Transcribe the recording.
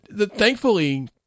Thankfully